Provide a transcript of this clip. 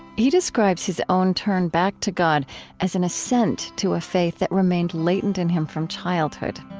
he describes his own turn back to god as an assent to a faith that remained latent in him from childhood.